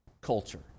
culture